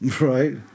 Right